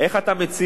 איך אתה מציע?